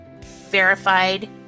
verified